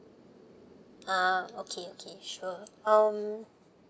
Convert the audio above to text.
ah okay okay sure um